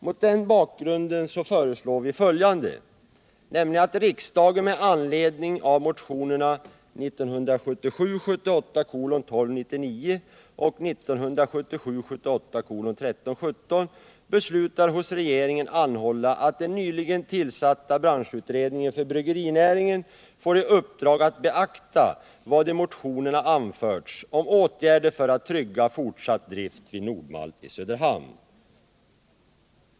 Mot den bakgrunden föreslår vi att riksdagen med anledning av motionerna 1977 78:1317 beslutar hos regeringen anhålla att den nyligen tillsatta branschutredningen för bryggerinäringen får i uppdrag att beakta vad i motionerna anförts om åtgärder för att trygga fortsatt drift vid Nord-Malt AB i Söderhamn.